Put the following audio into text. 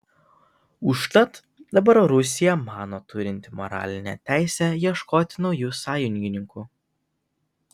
užtat dabar rusija mano turinti moralinę teisę ieškoti naujų sąjungininkų